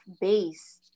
base